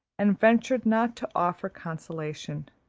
and ventured not to offer consolation.